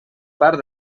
part